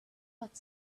but